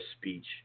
speech